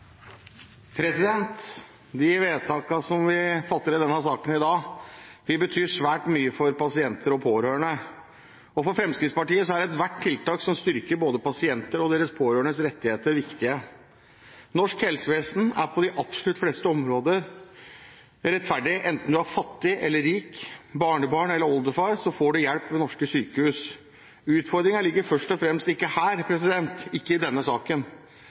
hvor de mottar sin behandling. De vedtakene som vi fatter i denne saken i dag, vil bety svært mye for pasienter og pårørende. For Fremskrittspartiet er ethvert tiltak som styrker både pasientenes og deres pårørendes rettigheter, viktig. Norsk helsevesen er på de absolutt fleste områder rettferdig. Enten du er fattig eller rik, barnebarn eller oldefar, får du hjelp ved norske sykehus. Utfordringen ligger ikke først og fremst her, ikke i denne saken.